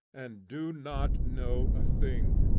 and do not know a thing.